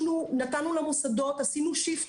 נתנו למוסדות, עשינו shift בתוכניות.